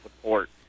support